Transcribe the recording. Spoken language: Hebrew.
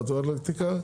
(הגברת התחרותיות בענף המזון והטואלטיקה)